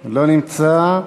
לא נמצא.